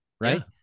right